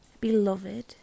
beloved